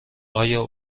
آیا